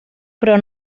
però